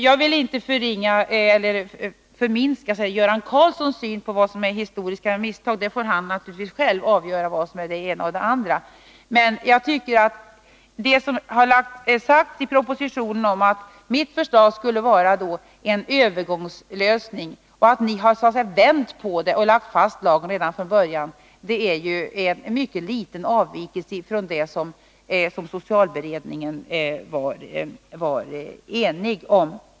Jag vill inte förringa Göran Karlssons syn på vad som är historiska misstag. Han får naturligtvis själv avgöra vad som är det ena eller det andra. Mitt förslag i propositionen är en övergångslösning. Ni har lagt fast lagen redan från början. Båda förslagen innebär en liten avvikelse från vad socialberedningen var enig om.